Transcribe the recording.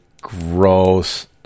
Gross